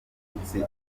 minsi